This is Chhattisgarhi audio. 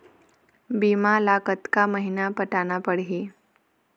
बीमा ला कतका महीना पटाना पड़ही?